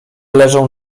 leżą